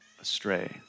astray